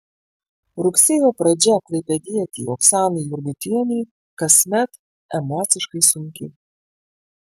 rugsėjo pradžia klaipėdietei oksanai jurgutienei kasmet emociškai sunki